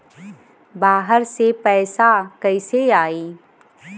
बाहर से पैसा कैसे आई?